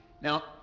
Now